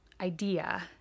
idea